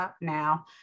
now